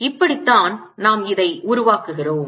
இப்படித்தான் நாம் இதை உருவாக்குகிறோம்